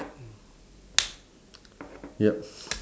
ya